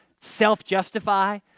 self-justify